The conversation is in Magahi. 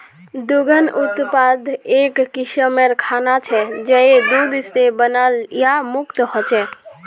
दुग्ध उत्पाद एक किस्मेर खाना छे जये दूध से बनाल या युक्त ह छे